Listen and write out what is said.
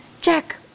Jack